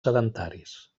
sedentaris